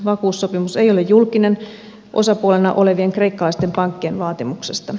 vakuussopimus ei ole julkinen osapuolena olevien kreikkalaisten pankkien vaatimuksesta